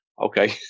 Okay